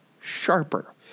sharper